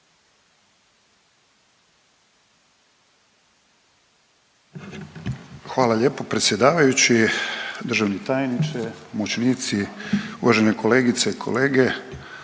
Hvala lijepo predsjedavajući. Državni tajniče, pomoćnici, uvažene kolegice i kolege.